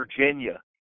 Virginia